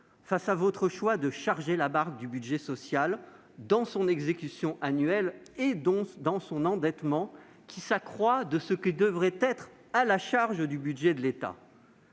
face à votre choix de « charger la barque » du budget social dans son exécution annuelle et dans son endettement, lequel s'accroît de ce qui devrait être à la charge du budget de l'État.